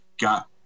got